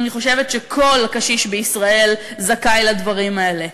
אני חושבת שכל קשיש בישראל זכאי לדברים האלה,